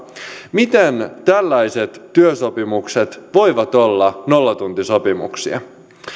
miten tällaiset työsopimukset voivat olla nollatuntisopimuksia